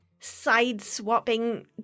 side-swapping